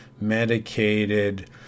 medicated